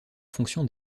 fonction